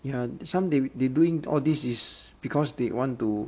ya some they they doing all this is because they want to